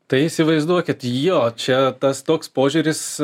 tai įsivaizduokit jo čia tas toks požiūris